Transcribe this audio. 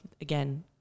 again